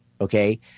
Okay